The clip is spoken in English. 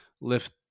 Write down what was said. lift